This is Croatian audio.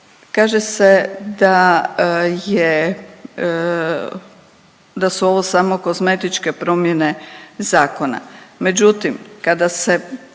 da je, da su ovo samo kozmetičke promjene zakona.